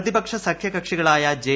പ്രതിപക്ഷ സഖ്യ കക്ഷികളായ ജെ